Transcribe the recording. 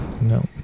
No